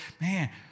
man